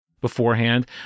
beforehand